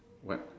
when